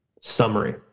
summary